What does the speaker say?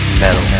metal